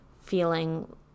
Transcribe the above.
feeling